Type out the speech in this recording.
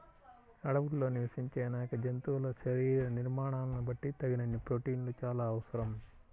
అడవుల్లో నివసించే అనేక జంతువుల శరీర నిర్మాణాలను బట్టి తగినన్ని ప్రోటీన్లు చాలా అవసరం